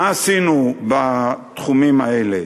מה עשינו בתחומים האלה?